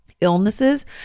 illnesses